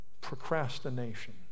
procrastination